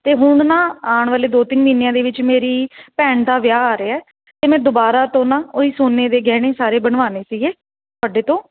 ਅਤੇ ਹੁਣ ਨਾ ਆਉਣ ਵਾਲੇ ਦੋ ਤਿੰਨ ਮਹੀਨਿਆਂ ਦੇ ਵਿੱਚ ਮੇਰੀ ਭੈਣ ਦਾ ਵਿਆਹ ਆ ਰਿਹਾ ਅਤੇ ਮੈਂ ਦੁਬਾਰਾ ਤੋਂ ਨਾ ਉਹੀ ਸੋਨੇ ਦੇ ਗਹਿਣੇ ਸਾਰੇ ਬਣਵਾਉਣੇ ਸੀਗੇ ਤੁਹਾਡੇ ਤੋਂ